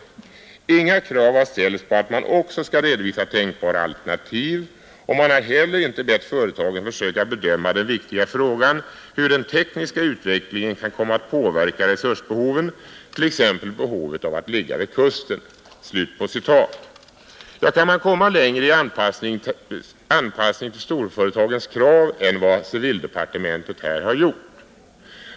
Inga krav har ställts på att man också skall redovisa tänkbara alternativ och man har heller inte bett företagen försöka bedöma den viktiga frågan hur den tekniska utvecklingen kan komma att påverka resursbehoven t.ex. behovet av att ligga vid kusten.” Kan man komma längre i anpassning till storföretagens krav än vad civildepartementet här har gjort?